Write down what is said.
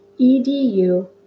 edu